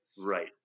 Right